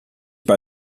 bei